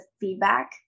feedback